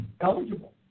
eligible